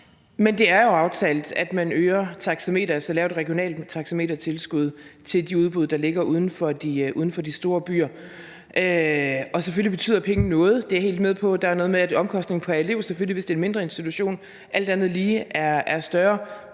Men det er jo aftalt, at man øger taxameteret og så laver et regionalt taxametertilskud til de udbud, der ligger uden for de store byer. Og selvfølgelig betyder penge noget, det er jeg helt med på. Der er noget med, at omkostningen pr. elev selvfølgelig, hvis det er en mindre institution, alt andet lige er større.